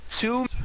two